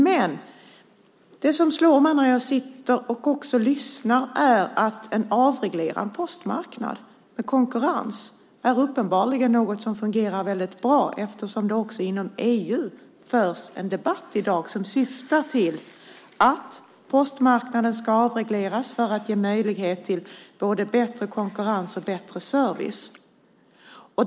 Men det som slår mig när jag sitter och lyssnar är att en avreglerad postmarknad med konkurrens uppenbarligen är något som fungerar mycket bra eftersom det också inom EU i dag förs en debatt som syftar till att postmarknaden ska avregleras för att ge möjlighet till både bättre konkurrens och bättre service.